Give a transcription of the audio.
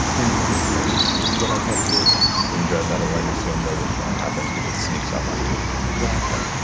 in the moment space, which is what i try to do so you drive that awareness, you and notice when it happens because it sneaks up on you and bpr-johnmackey